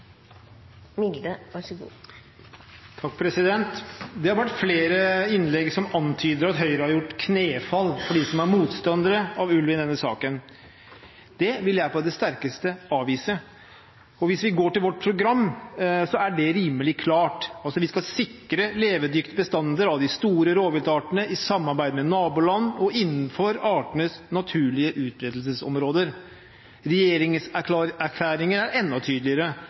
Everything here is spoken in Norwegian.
Det har vært flere innlegg som antyder at Høyre har gjort knefall for dem som er motstandere av ulv, i denne saken. Det vil jeg på det sterkeste avvise. Hvis vi går til vårt program, er det rimelig klart. Vi skal «sikre levedyktige bestander av de store rovviltartene i samarbeid med alle våre naboland, innenfor artenes naturlige utbredelsesområde». Regjeringserklæringen er enda tydeligere: